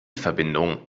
verbindung